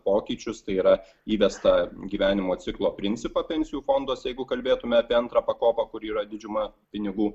pokyčius tai yra įvestą gyvenimo ciklo principą pensijų fonduose jeigu kalbėtume apie antrą pakopą kur yra didžiuma pinigų